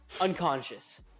unconscious